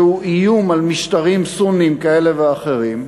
שהוא איום על משטרים סוניים כאלה ואחרים.